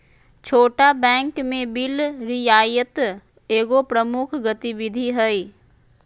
छोट बैंक में बिल रियायत एगो प्रमुख गतिविधि हइ